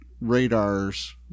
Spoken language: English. radars